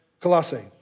Colossae